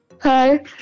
Hi